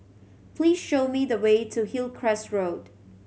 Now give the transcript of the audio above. please show me the way to Hillcrest Road